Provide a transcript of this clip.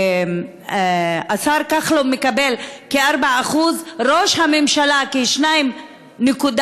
השר כחלון מקבל כ-4, ראש הממשלה כ-2.9,